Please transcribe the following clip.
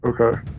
Okay